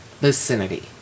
vicinity